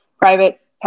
private